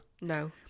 No